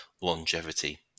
longevity